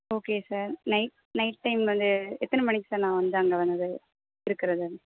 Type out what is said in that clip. okay sir night night time வந்து எத்தனை மணிக்கு சார் நான் வந்து அங்கே வர்றது இருக்கிறது